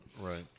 Right